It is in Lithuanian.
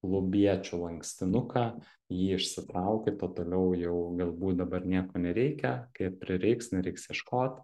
klubiečių lankstinuką jį išsitraukit o toliau jau galbūt dabar nieko nereikia kai prireiks nereiks ieškot